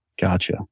Gotcha